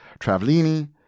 Travellini